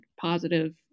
positive